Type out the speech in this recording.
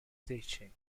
teaching